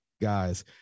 guys